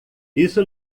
isso